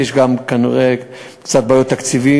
יש גם כנראה קצת בעיות תקציב,